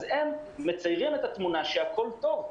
אז הם מציירים תמונה שהכול טוב.